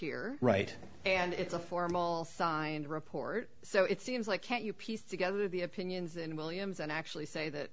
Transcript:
here right and it's a formal signed report so it seems like can't you piece together the opinions in williams and actually say that